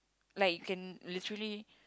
like you can literally